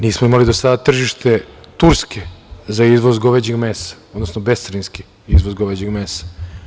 Nismo imali do sad tržište Turske za izvoz goveđeg mesa, odnosno bescarinski izvoz goveđeg mesa.